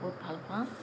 বহুত ভাল পাওঁ